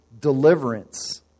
deliverance